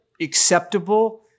acceptable